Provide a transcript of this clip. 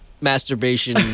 masturbation